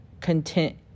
content